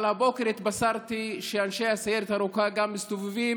אבל הבוקר התבשרתי שאנשי הסיירת הירוקה גם מסתובבים